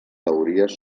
teories